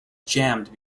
jammed